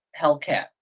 hellcat